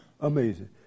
amazing